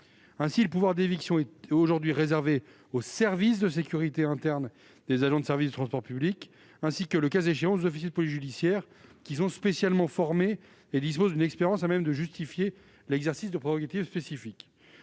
Ainsi, le pouvoir d'éviction est aujourd'hui réservé aux services de sécurité internes des agences de transport public, ainsi que, le cas échéant, aux officiers de police judiciaire, qui sont spécialement formés et disposent d'une expérience à même de justifier l'exercice de prérogatives spécifiques.